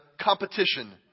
competition